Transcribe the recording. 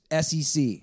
SEC